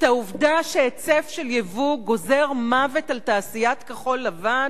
את העובדה שהיצף של יבוא גוזר מוות על תעשיית כחול-לבן?